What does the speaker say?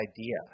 idea